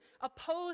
oppose